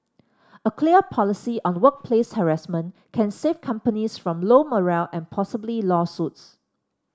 a clear policy on workplace harassment can save companies from low morale and possibly lawsuits